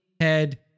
head